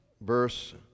verse